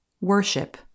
Worship